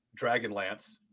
Dragonlance